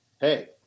Hey